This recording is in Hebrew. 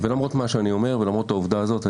למרות מה שאני אומר ולמרות העובדה הזאת,